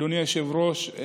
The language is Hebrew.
אדוני היושב-ראש,